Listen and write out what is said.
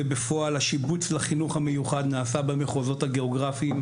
ובפועל השיבוץ לחינוך המיוחד נעשה במחוזות הגאוגרפיים,